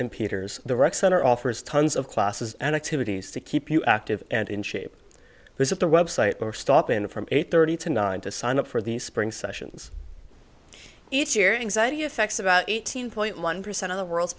peters the rec center offers tons of classes and activities to keep you active and in shape visit the website or stop in from eight thirty to nine to sign up for the spring sessions each year anxiety affects about eighteen point one percent of the world's